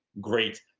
great